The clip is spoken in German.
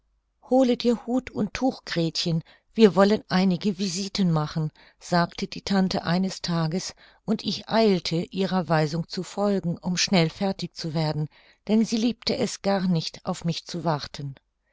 hole dir hut und tuch gretchen wir wollen einige visiten machen sagte die tante eines tages und ich eilte ihrer weisung zu folgen um schnell fertig zu werden denn sie liebte es gar nicht auf mich zu warten